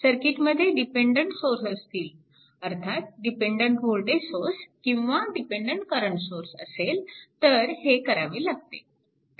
सर्किटमध्ये dependent source असतील अर्थात डिपेन्डन्ट वोल्टेज सोर्स किंवा डिपेन्डन्ट करंट सोर्स असेल तर हे करावे लागते